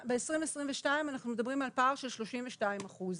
ב-2022 אנחנו מדברים על פער של 32 אחוז,